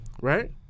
right